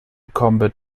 combat